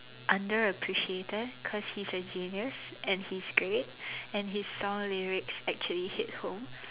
under appreciated because he's a genius and he's great and his song lyrics actually hit home